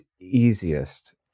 easiest